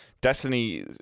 Destiny